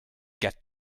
get